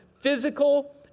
physical